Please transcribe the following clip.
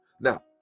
Now